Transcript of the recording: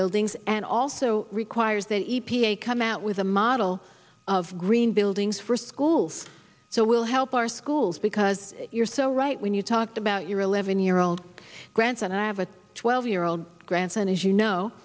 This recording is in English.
buildings and also requires that e t a come out with a model of green buildings for schools so we'll help our schools because you're so right when you talk about your eleven year old grandson i have a twelve year old grandson as you know